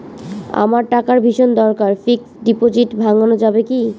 আমার টাকার ভীষণ দরকার ফিক্সট ডিপোজিট ভাঙ্গানো যাবে কি?